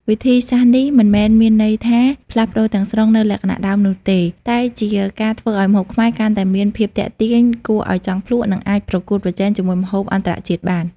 វិធីសាស្ត្រនេះមិនមែនមានន័យថាផ្លាស់ប្តូរទាំងស្រុងនូវលក្ខណៈដើមនោះទេ តែជាការធ្វើឲ្យម្ហូបខ្មែរកាន់តែមានភាពទាក់ទាញ គួរឲ្យចង់ភ្លក់ និងអាចប្រកួតប្រជែងជាមួយម្ហូបអន្តរជាតិបាន។